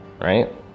right